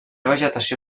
vegetació